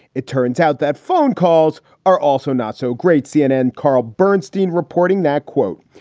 it turns out that phone calls are also not so great. cnn carl bernstein reporting that, quote,